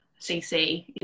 CC